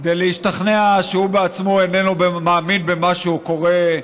כדי להשתכנע שהוא בעצמו אינו מאמין במה שהוא קורא.